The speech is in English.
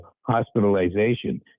hospitalization